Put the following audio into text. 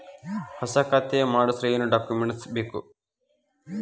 ಹೊಸ ಖಾತೆ ಮಾಡಿಸಲು ಏನು ಡಾಕುಮೆಂಟ್ಸ್ ಕೊಡಬೇಕು?